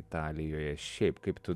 italijoje šiaip kaip tu